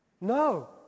No